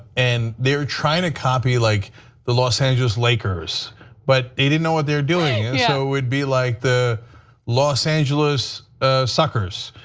and they were trying to copy like the los angeles lakers but they didn't know what they were doing so would be like the los angeles suckers,